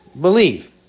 believe